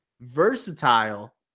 versatile